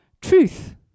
truth